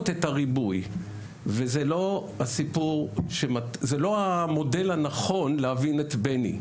את הריבוי וזה לא המודל הנכון להבין את בני,